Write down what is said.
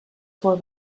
por